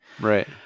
right